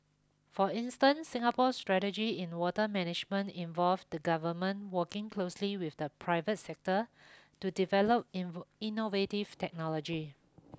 for instance Singapore strategy in water management involve the government working closely with the private sector to develop innovative technology